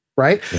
Right